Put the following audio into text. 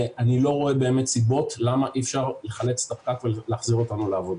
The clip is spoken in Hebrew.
ואני לא רואה סיבות למה אי אפשר לחלץ את הפקק ולהחזיר אותנו לעבודה.